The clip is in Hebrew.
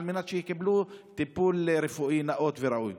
על מנת שיקבלו טיפול רפואי נאות וראוי.